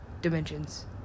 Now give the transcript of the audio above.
Dimensions